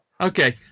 Okay